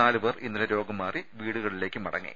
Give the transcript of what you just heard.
നാലുപേർ ഇന്നലെ രോഗം മാറി വീട്ടിലേക്ക് മടങ്ങി